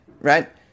right